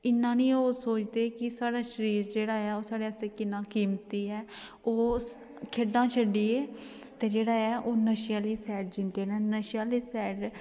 इ'न्ना नेईं ओह् सोचदे कि साढ़ा शरीर जेह्ड़ा साढ़े आस्तै किन्ना कीमती ऐ ओह् खेढां छड्डियै ते जेह्ड़ा ऐ ओह् नशे आह्ली साइड जंदे न नशे आह्ली साइड